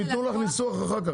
הם ייתנו לך ניסוח אחר כך,